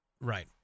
Right